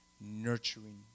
nurturing